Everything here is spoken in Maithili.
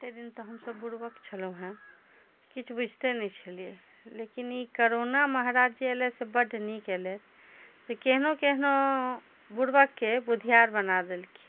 एते दिन तऽ हमसब बूर्बक छलहुॅं हँ किछु बूझिते नहि छलिए लेकिन ई करोना महाराज जे अयलै से बड नीक अयलै से केहनो केहनो बूर्बक के बुधियार बना देलखिन